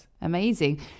amazing